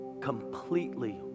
completely